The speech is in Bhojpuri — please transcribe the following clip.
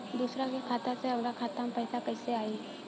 दूसरा के खाता से हमरा खाता में पैसा कैसे आई?